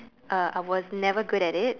uh I was never good at it